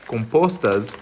Compostas